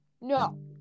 no